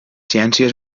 ciències